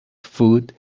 food